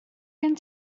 gen